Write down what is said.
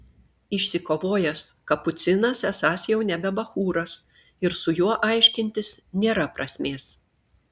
išsikovojęs kapucinas esąs jau nebe bachūras ir su juo aiškintis nėra prasmės